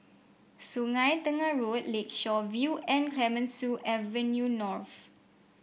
Sungei Tengah Road Lakeshore View and Clemenceau Avenue North